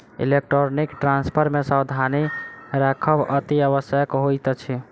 electronic transfer मे सावधानी राखब अतिआवश्यक होइत अछि